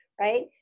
right